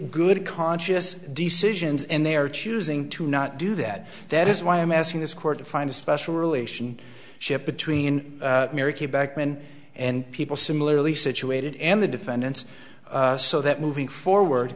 good conscious decisions and they are choosing to not do that that is why i'm asking this court to find a special relation ship between mary kay back then and people similarly situated and the defendants so that moving forward